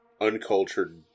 Uncultured